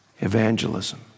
evangelism